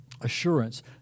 assurance